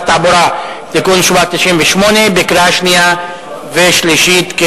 התעבורה (מס' 98) בקריאה שנייה ובקריאה שלישית,